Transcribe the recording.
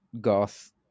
goth